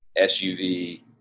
SUV